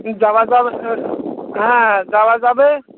হুঁ যাওয়া যাবে হ্যাঁ যাওয়া যাবে